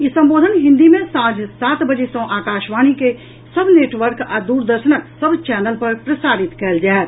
ई संबोधन हिन्दी मे सांझ सात बजे सँ आकाशवाणी के सभ नेटवर्क आ दूरदर्शनक सभ चैनल पर प्रसारित कयल जायत